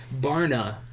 Barna